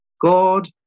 God